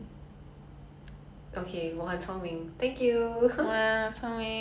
but ya okay I think food to me